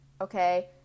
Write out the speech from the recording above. Okay